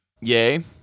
Yay